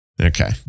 Okay